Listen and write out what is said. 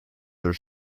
were